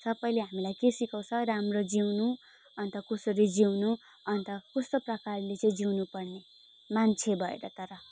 सबैले हामीलाई के सिकाउँछ राम्रो जिउनु अन्त कसरी जिउनु अन्त कस्तो प्रकारले चाहिँ जिउनु पर्ने मान्छे भएर तर